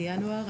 בינואר.